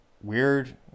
weird